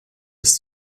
des